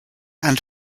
and